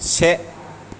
से